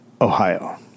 Ohio